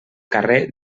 carrer